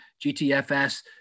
GTFS